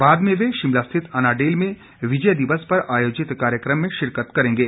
बाद में वे शिमला स्थित अनाडेल में विजय दिवस पर आयोजित कार्यक्रम में शिरकत करेंगे